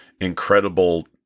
incredible